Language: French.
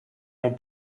mon